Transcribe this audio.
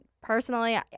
personally